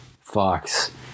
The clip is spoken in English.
Fox